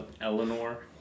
Eleanor